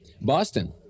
Boston